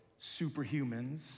superhumans